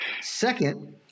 second